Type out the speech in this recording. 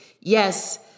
yes